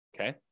okay